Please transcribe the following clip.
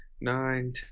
nine